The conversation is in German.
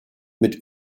mit